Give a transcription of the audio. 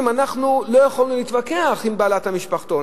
לא יכולנו להתווכח עם בעלת המשפחתון.